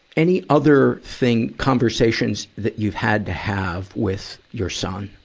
any other thing, conversations that you've had to have with your son,